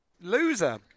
loser